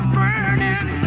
burning